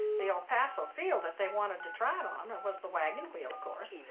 the el paso field that they wanted to try it on, it was the wagon wheel, of course.